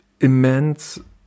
immense